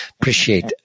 appreciate